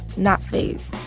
not fazed.